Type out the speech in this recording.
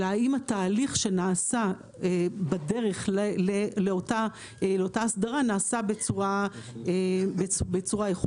אלא האם התהליך שנעשה בדרך לאותה הסדרה נעשה בצורה איכותית.